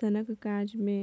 सनक काज मे